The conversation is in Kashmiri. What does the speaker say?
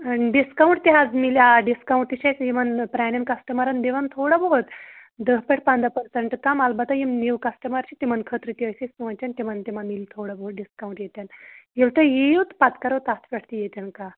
آ ڈِسکاوُنٛٹ تہِ حظ میلہِ آ ڈِسکاوُنٛٹ تہِ چھِ أسۍ یِمَن پرٛانیٚن کسٹَمَرَن دِوان تھوڑا بہت دَہ پیٚٹھٕ پَنٛداہ پٔرسَنٛٹ تام البَتہٕ یِم نِیٛوٗ کَسٹَمَر چھِ تِمَن خٲطرٕ تےَ چھِ أسۍ سونٛچن تِمَن تہِ ما میلہِ تھوڑا بہت ڈِسکاوُنٛٹ ییتیٚن ییٚلہِ تُہۍ یِیو پَتہٕ کَرو تَتھ پیٚٹھ تہِ ییٚتیٚن کَتھ